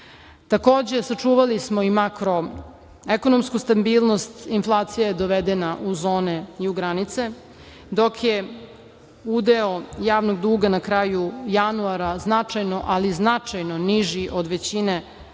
sačuvali smo i makroekonomsku stabilnost, inflacija je dovedena u zone i u granice, dok je udeo javnog duga na kraju januara značajno, ali značajno niži od većine